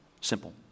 simple